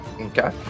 Okay